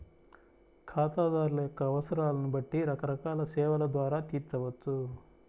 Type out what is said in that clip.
ఖాతాదారుల యొక్క అవసరాలను బట్టి రకరకాల సేవల ద్వారా తీర్చవచ్చు